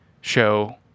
show